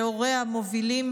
שהוריה מובילים